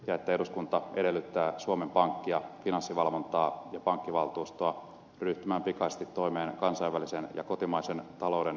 eduskunta edellyttää suomen pankin finanssivalvonnan ja pankkivaltuuston ryhtyvän pikaisesti toimeen kansainvälisen ja kotimaisen talouden ennustamisen kehittämiseksi